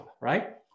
right